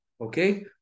Okay